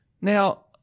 Now